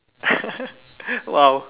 !wow!